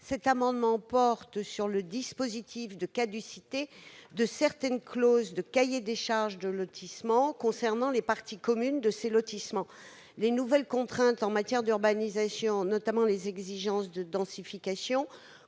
Cet amendement porte sur le dispositif de caducité de certaines clauses de cahiers des charges de lotissements concernant les parties communes. Les nouvelles contraintes en matière d'urbanisation, notamment les exigences de densification,